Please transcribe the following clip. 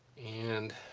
and